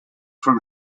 from